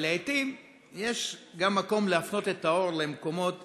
אבל לעתים יש מקום להפנות את האור גם למקומות